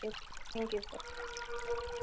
thank you sir